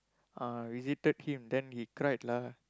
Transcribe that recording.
ah visited him then he cried lah